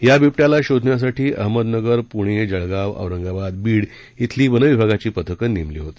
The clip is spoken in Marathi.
या बिब ्विाला शोधण्यासाठी अहमदनगर पुणे जळगाव औरंगाबाद बीड धिली वनविभागाची पथकं नेमली होती